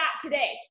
today